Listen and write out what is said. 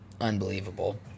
unbelievable